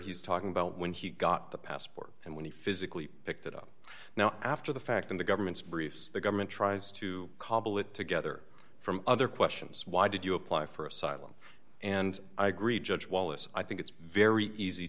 he's talking about when he got the passport and when he physically picked it up now after the fact in the government's briefs the government tries to cobble it together from other questions why did you apply for asylum and i agree judge wallace i think it's very easy